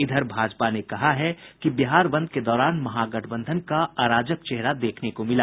इधर भाजपा ने कहा है कि बिहार बंद के दौरान महागठबंधन का अराजक चेहरा देखने को मिला